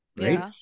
right